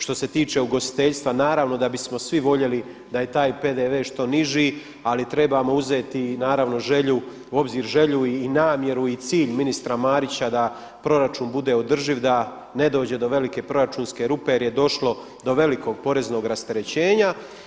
Što se tiče ugostiteljstva naravno da bismo svi voljeli da je taj PDV-e što niži, ali trebamo uzeti naravno u obzir želju, i namjeru i cilj ministra Marića da proračun bude održiv, da ne dođe do velike proračunske rupe jer je došlo do velikog poreznog rasterećenja.